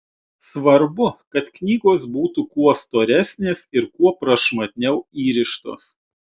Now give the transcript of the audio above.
svarbu kad knygos būtų kuo storesnės ir kuo prašmatniau įrištos